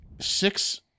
six